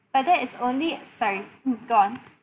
but that is only sorry mm go on